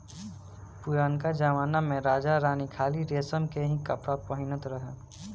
पुरनका जमना में राजा रानी खाली रेशम के ही कपड़ा पहिनत रहे